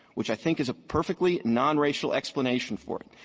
which i think is a perfectly nonracial explanation for it.